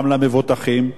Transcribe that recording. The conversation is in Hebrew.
גם למבוטחים,